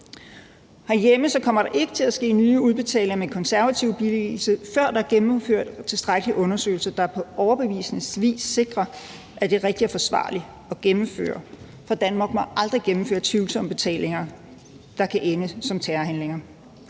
Herhjemme kommer der ikke til at ske nye udbetalinger med konservativ billigelse, før der er gennemført tilstrækkelige undersøgelser, der på overbevisende vis sikrer, at det er rigtigt og forsvarligt at gennemføre det, for Danmark må aldrig gennemføre tvivlsomme betalinger, der kan ende som støtte for terrorhandlinger.